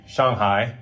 Shanghai